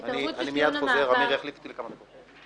--- אני מיד חוזר, אמיר יחליף אותי לכמה דקות.